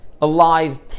alive